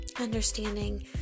Understanding